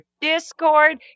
Discord